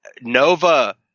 Nova